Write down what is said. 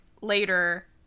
later